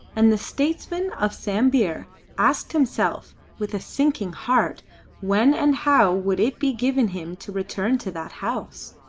and the statesman of sambir asked himself with a sinking heart when and how would it be given him to return to that house.